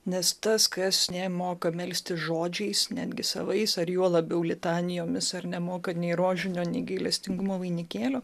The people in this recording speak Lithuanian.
nes tas kas nemoka melstis žodžiais netgi savais ar juo labiau litanijomis ar nemoka nei rožinio nei gailestingumo vainikėlio